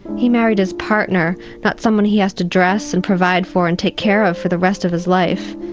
he married his partner, not someone he has to dress and provide for and take care of for the rest of his life.